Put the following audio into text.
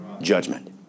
judgment